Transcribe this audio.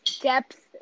depth